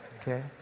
Okay